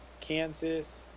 Kansas